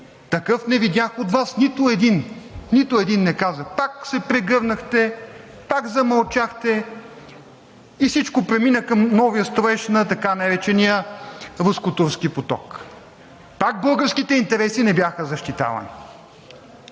Такъв не видях от Вас нито един. Нито един не каза. Пак се прегърнахте, пак замълчахте и всичко премина към новия строеж на така наречения руско-турски поток. Пак българските интереси не бяха защитавани.